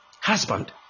Husband